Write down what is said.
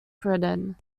britain